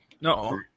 No